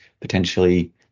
potentially